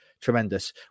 Tremendous